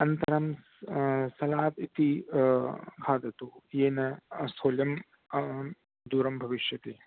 अनन्तरं सलाद् इति खादतु येन स्थूल्यं दूरं भविष्यति